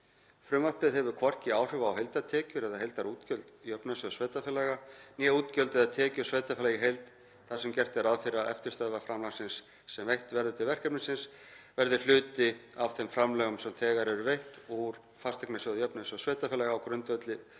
Frumvarpið hefur hvorki áhrif á heildartekjur eða heildarútgjöld Jöfnunarsjóðs sveitarfélaga né útgjöld eða tekjur sveitarfélaga í heild þar sem gert er ráð fyrir að eftirstöðvar framlagsins sem veitt verður til verkefnisins verði hluti af þeim framlögum sem þegar eru veitt úr fasteignasjóði Jöfnunarsjóðs sveitarfélaga á grundvelli